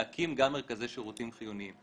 להקים גם מרכזי שירותים חיוניים.